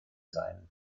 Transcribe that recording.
sein